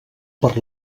per